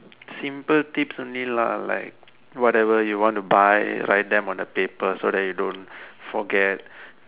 simple tips only lah like whatever you want to buy write them on a paper so that you don't forget